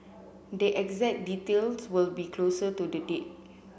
the exact details will be closer to the date